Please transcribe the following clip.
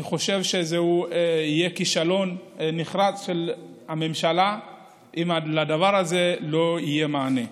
אני חושב שזה יהיה כישלון נחרץ של הממשלה אם לדבר הזה לא יהיה מענה.